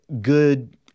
good